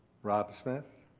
rob smith.